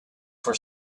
for